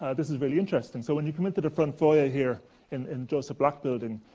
this is really interesting. so when you come into the front foyer here in and joseph black building,